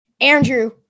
Andrew